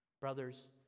Brothers